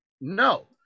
No